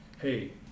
hey